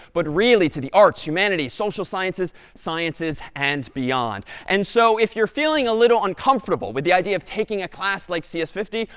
but really to the arts, humanities, social sciences, sciences, and beyond. and so if you're feeling a little uncomfortable with the idea of taking a class like c s five